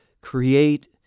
create